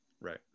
Right